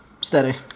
steady